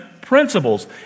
principles